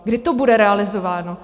Kdy to bude realizováno?